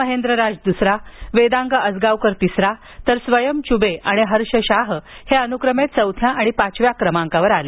महेंदर राज दुसरा वेदांग आसगावकर तिसरा तर स्वयं चुबे आणि हर्ष शाह हे अनुक्रमे चौथ्या आणि पाचव्या स्थानावर राहिले